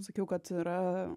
sakiau kad yra